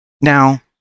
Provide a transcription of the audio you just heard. Now